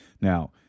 Now